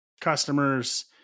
customers